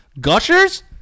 Gushers